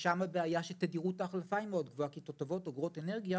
ששם יש את הבעיה שתדירות ההחלפה מאוד גבוהה כי תותבות אוגרות אנרגיה